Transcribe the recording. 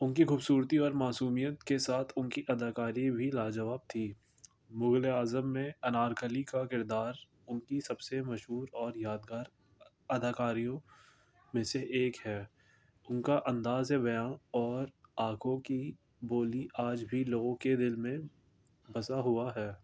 ان کی خوبصورتی اور معصومیت کے ساتھ ان کی اداکاری بھی لاجواب تھی مغل اعظب میں انارکلی کا کردار ان کی سب سے مشہور اور یادگار اداکاریوں میں سے ایک ہے ان کا انداز بیاں اور آنکھوں کی بولی آج بھی لوگوں کے دل میں بسا ہوا ہے